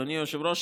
אדוני היושב-ראש,